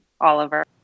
Oliver